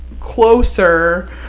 closer